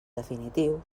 definitiu